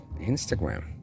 instagram